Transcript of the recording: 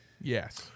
Yes